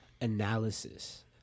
analysis